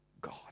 God